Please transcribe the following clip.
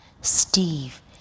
Steve